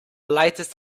latest